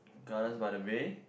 Gardens-by-the-Bay